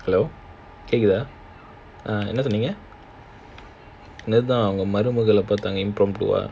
hello கேக்குதா என்ன சொன்னேங்க அதான் உங்க மருமகள் எஅதோ:keakutha enna sonneanga athaan unga marumahal eatho